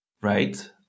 right